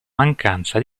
mancanza